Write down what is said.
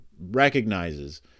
recognizes